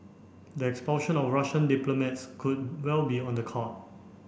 the expulsion of Russian diplomats could well be on the card